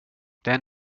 den